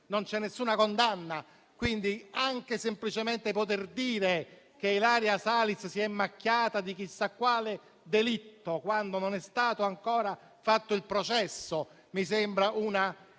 non c'è alcuna condanna. Pertanto, anche semplicemente poter dire che Ilaria Salis si è macchiata di chissà quale delitto quando non è stato ancora celebrato il processo mi sembra una